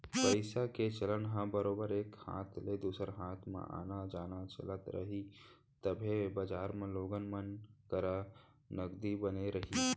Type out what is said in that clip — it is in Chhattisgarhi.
पइसा के चलन ह बरोबर एक हाथ ले दूसर हाथ म आना जाना चलत रही तभे बजार म लोगन मन करा नगदी बने रही